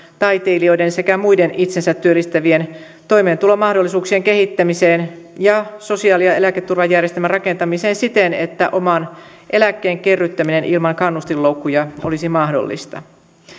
taiteilijoiden sekä muiden itsensä työllistävien toimeentulon mahdollisuuksien kehittämiseen ja sosiaali ja eläketurvajärjestelmän rakentamiseen siten että oman eläkkeen kerryttäminen ilman kannustinloukkuja olisi mahdollista